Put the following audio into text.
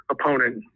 opponent